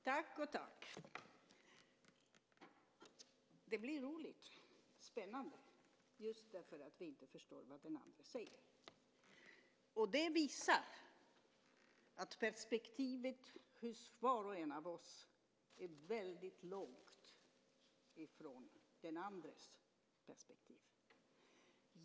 Herr talman! Det blir roligt och spännande just därför att den ene inte förstår vad den andre säger. Det visar att perspektivet hos var och en av oss är väldigt långt från den andres perspektiv.